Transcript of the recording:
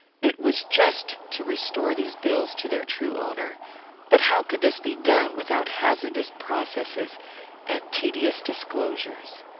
it was just to restore these bills to their true owner but how could this be done without hazardous processes and tedious disclosures?